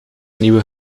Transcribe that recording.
nieuwe